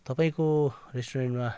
तपाईँको रेस्टुरेन्टमा